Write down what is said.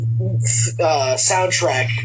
soundtrack